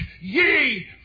ye